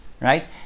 right